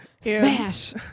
Smash